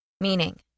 Meaning